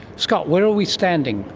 scott, where are we standing?